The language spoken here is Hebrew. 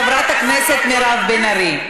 חברת הכנסת מירב בן ארי.